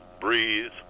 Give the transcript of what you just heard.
breathe